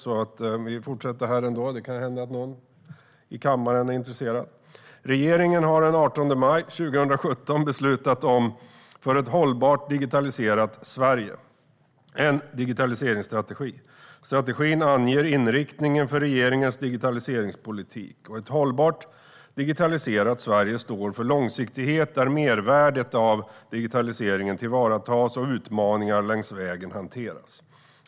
Jag fortsätter ändå. Det kan hända att någon i kammaren är intresserad. Regeringen fattade den 18 maj 2017 beslut om strategin för ett hållbart digitaliserat Sverige - en digitaliseringsstrategi. Strategin anger inriktningen för regeringens digitaliseringspolitik. Ett hållbart digitaliserat Sverige står för långsiktighet där mervärdet av digitaliseringen tillvaratas och utmaningar längs vägen hanteras.